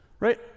right